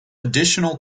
additional